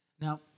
Now